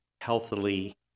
healthily